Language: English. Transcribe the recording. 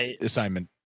assignment